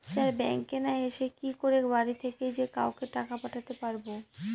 Sir ব্যাঙ্কে না এসে কি করে বাড়ি থেকেই যে কাউকে টাকা পাঠাতে পারবো?